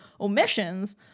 omissions